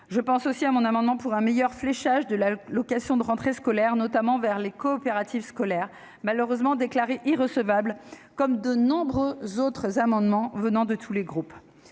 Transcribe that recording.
Je pense aussi à mon amendement visant à un meilleur fléchage de l'allocation de rentrée scolaire, notamment en direction des coopératives scolaires, malheureusement déclaré irrecevable, comme de nombreux autres amendements émanant de tous les groupes.